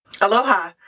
Aloha